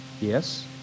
Yes